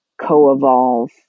co-evolve